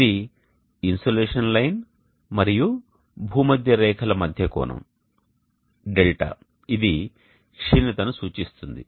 ఇది insolation line మరియు భూమధ్య రేఖ లమధ్య కోణం δ ఇది క్షీణత ను సూచిస్తుంది